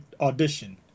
audition